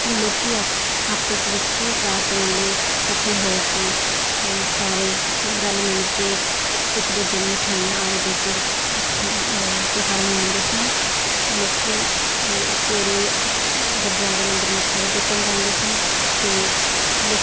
ਲੋਕ ਆਪ ਆਪਸ ਵਿੱਚ ਰਾਤ ਵੇਲੇ ਇਕੱਠੇ ਹੋ ਕੇ ਸਾਰੇ ਰਲ ਮਿਲ ਕੇ ਇ ਇੱਕ ਦੂਜੇ ਨੂੰ ਮਿਠਾਈਆਂ ਆਦਿ ਦੇ ਕੇ ਖੁ ਤਿਉਹਾਰ ਮਨਾਉਂਦੇ ਸਨ ਲੋਕੀ ਸਵੇਰੇ ਗੁਰਦੁਆਰੇ ਮੰਦਰ ਮੱਥਾ ਵੀ ਟੇਕਣ ਜਾਂਦੇ ਸਨ ਅਤੇ